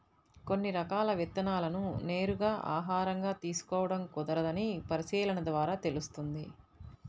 కొన్ని రకాల విత్తనాలను నేరుగా ఆహారంగా తీసుకోడం కుదరదని పరిశీలన ద్వారా తెలుస్తుంది